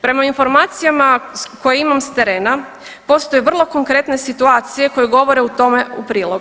Prema informacijama koje imam s terena postoje vrlo konkretne situacije koje govore tome u prilog.